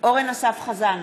אורן אסף חזן,